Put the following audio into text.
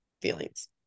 feelings